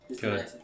Good